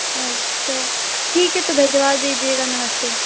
अच्छा ठीक है तो भिजवा दीजिएगा नमस्ते